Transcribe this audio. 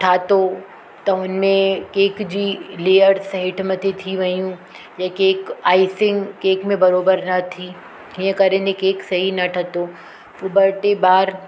ठाहियो त हुनमें केक जी लेयर्स हेठि मथे थी वियूं जे केक आइसिंग केक में बरोबरि न थी हीअं करे न केक सही न ठहियो ॿ टे बार